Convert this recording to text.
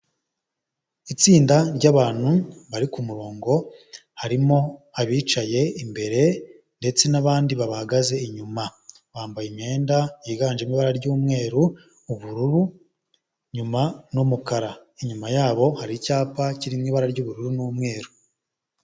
Itsinda ry'abantu bari ku murongo harimo abicaye imbere ndetse n'abandi bahagaze inyuma bambaye imyenda yiganjemo ibara ry'umweru, ubururu, inyuma n'umukara, inyuma yabo hari icyapa kiri mu ibara ry'ubururu n'umweru.